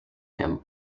him